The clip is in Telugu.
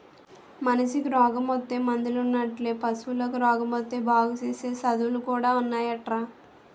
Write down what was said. మనిసికి రోగమొత్తే మందులున్నట్లే పశువులకి రోగమొత్తే బాగుసేసే సదువులు కూడా ఉన్నాయటరా